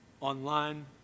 online